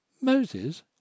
Moses